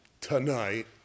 tonight